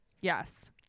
yes